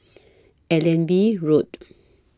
Allenby Road